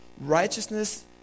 Righteousness